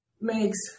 makes